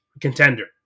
contender